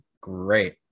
great